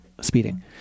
speeding